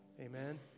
Amen